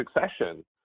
succession